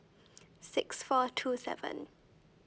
six four two seven